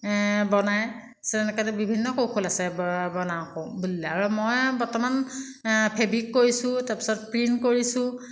বনায় তাৰপিছত এনেকৈ বিভিন্ন কৌশল আছে বনাওঁ আকৌ বুলিলে আৰু মই বৰ্তমান ফেব্ৰিক কৰিছোঁ তাৰপিছত প্ৰিণ্ট কৰিছোঁ